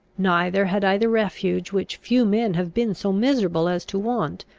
neither had i the refuge, which few men have been so miserable as to want,